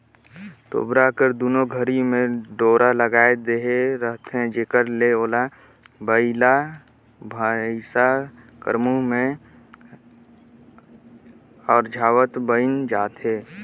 तोबरा कर दुनो घरी मे डोरा लगाए देहे रहथे जेकर ले ओला बइला भइसा कर मुंह मे अरझावत बइन जाए